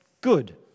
good